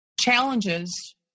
challenges